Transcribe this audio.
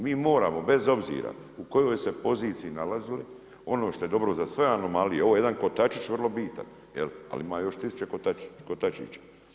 Mi moramo bez obzira u kojoj se poziciji nalazili, ono što je dobro za sve anomalije, ovo je jedan kotačić vrlo bitan, jel', ali ima još tisuće kotačića.